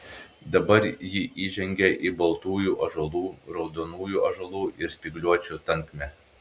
dabar ji įžengė į baltųjų ąžuolų raudonųjų ąžuolų ir spygliuočių tankmę